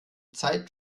zeit